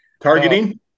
Targeting